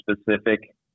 specific